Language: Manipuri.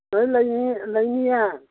ꯂꯣꯏ ꯂꯩꯅꯤ ꯂꯩꯅꯤꯌꯦ